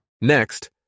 Next